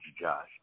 Josh